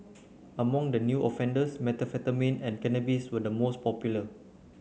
among the new offenders methamphetamine and cannabis were the most popular